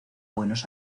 buenos